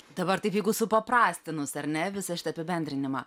dabar taip jeigu supaprastinus ar ne visą šitą apibendrinimą